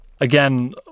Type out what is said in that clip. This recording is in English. Again